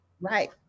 Right